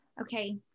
Okay